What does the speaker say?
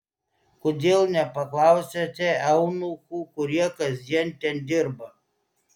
kodėl nepaklausiate eunuchų kurie kasdien ten dirba